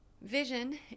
vision